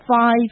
Five